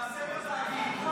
--- תעשה בתאגיד.